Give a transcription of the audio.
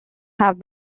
have